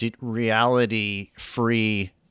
reality-free